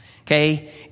okay